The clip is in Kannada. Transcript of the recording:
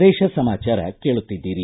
ಪ್ರದೇಶ ಸಮಾಚಾರ ಕೇಳುತ್ತಿದ್ದೀರಿ